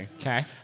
Okay